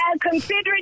considering